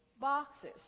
boxes